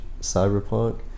cyberpunk